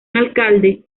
alcalde